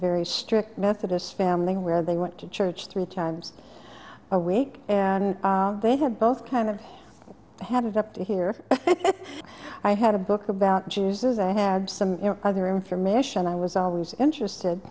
very strict methodist family where they went to church three times a week and they had both kind of had it up to here i had a book about jews as i had some other information i was always interested